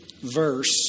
verse